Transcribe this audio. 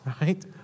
right